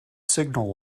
signal